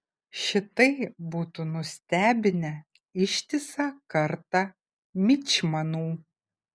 šitai būtų nustebinę ištisą kartą mičmanų